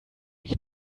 ich